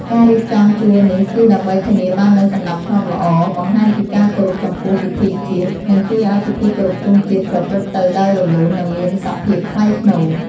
ការរៀបចំជួរនេះ គឺដើម្បីធានាបាននូវសណ្តាប់ធ្នាប់ល្អ បង្ហាញពីការគោរពចំពោះពិធីជាតិ និងជួយឱ្យពិធីគោរពទង់ជាតិប្រព្រឹត្តទៅដោយរលូន និងមានសភាពថ្លៃថ្នូរ។